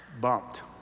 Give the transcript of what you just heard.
bumped